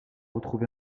retrouvé